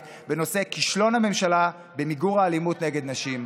בנושא: כישלון הממשלה במיגור האלימות נגד נשים.